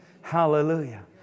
Hallelujah